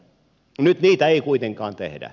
nyt niitä ei kuitenkaan tehdä